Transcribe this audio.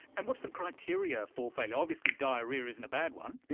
and what's the criteria for failure? obviously diarrhoea isn't a bad one.